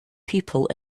people